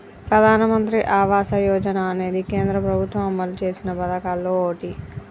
ప్రధానమంత్రి ఆవాస యోజన అనేది కేంద్ర ప్రభుత్వం అమలు చేసిన పదకాల్లో ఓటి